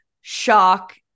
shock